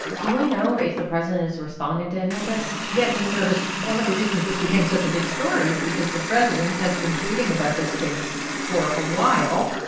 ah do we know if the president is responding to any of this? yes. and, you know, this one of the reasons this became such a big story is because the president has been tweeting about this case for a while.